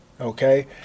okay